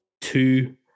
two